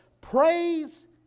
Praise